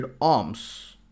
arms